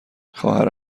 خواهر